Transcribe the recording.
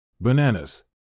Bananas